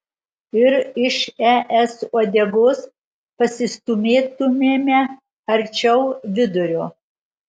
ir iš es uodegos pasistūmėtumėme arčiau vidurio